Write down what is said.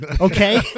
Okay